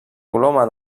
coloma